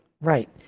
Right